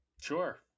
Sure